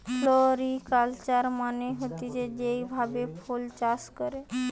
floriculture মানে হতিছে যেই ভাবে ফুল চাষ করে